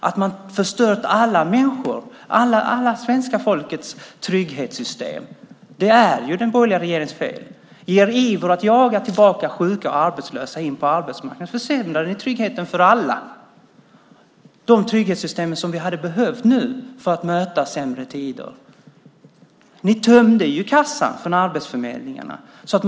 Att ni förstört svenska folkets trygghetssystem är den borgerliga regeringens fel. I er iver att jaga sjuka och arbetslösa tillbaka in på arbetsmarknaden försämrar ni tryggheten för alla, de trygghetssystem som vi hade behövt för att kunna möta sämre tider. Ni tömde kassan för Arbetsförmedlingen.